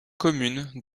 communes